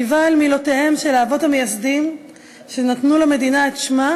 שיבה אל מילותיהם של האבות המייסדים שנתנו למדינה את שמה,